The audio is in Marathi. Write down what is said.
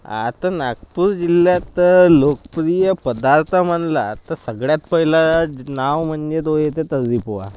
आता नागपूर जिल्ह्यात लोकप्रिय पदार्थ म्हणाल तर सगळ्यात पहिलं नाव म्हणजे तो येते तर्री पोहा